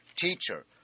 Teacher